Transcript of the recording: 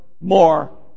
more